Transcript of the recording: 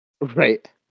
Right